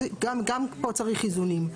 גם פה צריך איזונים.